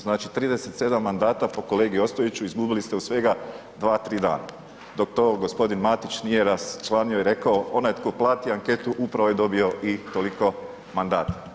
Znači 37 mandata po kolegi Ostojiću izgubili ste u svega 2, 3 dana, dok to g. Matić nije raščlanio i rekao onaj tko plati anketu, upravo je dobio i toliko mandata.